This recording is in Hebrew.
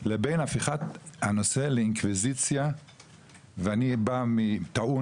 לבין הפיכת הנושא לאינקוויזיציה ואני בא טעון